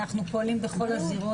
אנחנו פועלים בכל הזירות,